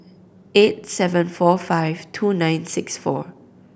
eight seven four five two nine six four